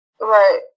Right